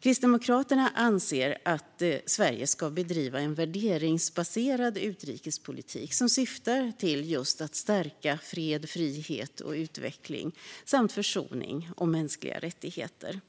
Kristdemokraterna anser att Sverige ska bedriva en värderingsbaserad utrikespolitik som syftar till att stärka fred, frihet och utveckling samt försoning och mänskliga rättigheter.